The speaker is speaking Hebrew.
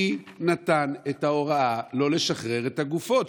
מי נתן את ההוראה לא לשחרר את הגופות?